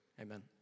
Amen